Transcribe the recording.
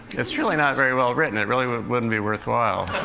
it's really not very well written it really wouldn't be worthwhile.